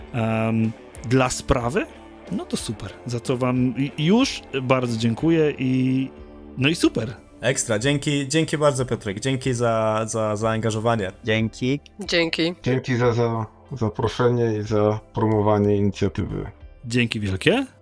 Em, dla sprawy? No to super. Za co wam i- już bardzo dziękuję i- no i super. Ekstra. Dzięki- dzięki bardzo, Piotrek. Dzięki za- za- za zaangażowanie. Dzięki. Dzięki. Dzięki za- za zaproszenie i za promowanie inicjatywy. Dzięki wielkie.